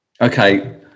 Okay